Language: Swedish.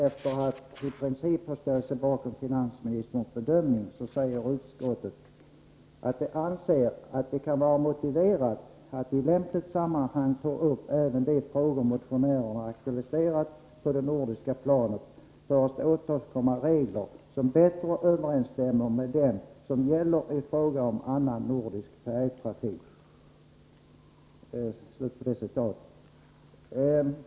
Efter att i princip ha ställt sig bakom finansministerns bedömning säger utskottet ”att det kan vara motiverat att i lämpligt sammanhang ta upp även de frågor motionärerna aktualiserat på det nordiska planet för att åstadkomma regler som bättre överensstämmer med dem som gäller i fråga om annan nordisk färjetrafik”.